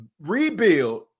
rebuild